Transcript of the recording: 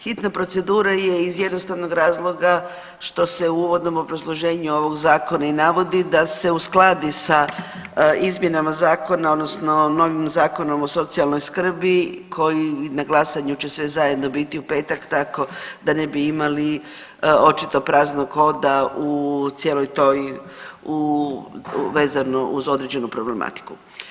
Hitna procedura je iz jednostavnog razloga što se u uvodnom obrazloženju ovog Zakona i navodi, da se uskladi sa izmjenama zakona, odnosno novim Zakonom o socijalnoj skrbi koji na glasanju će sve zajedno biti u petak, tako da ne bi imali očito praznog hoda u cijeloj toj, vezano uz određenu problematiku.